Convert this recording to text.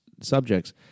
subjects